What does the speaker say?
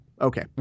Okay